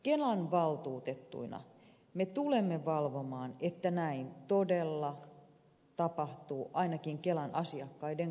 kelan valtuutettuina me tulemme valvomaan että näin todella tapahtuu ainakin kelan asiakkaiden kohdalla